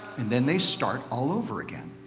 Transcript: and then they start all over again.